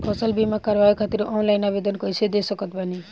फसल बीमा करवाए खातिर ऑनलाइन आवेदन कइसे दे सकत बानी?